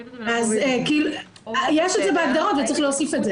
יש את זה בהגדרות וצריך להוסיף את זה.